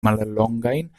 mallongajn